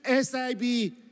SIB